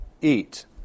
eat